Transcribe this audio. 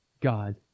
God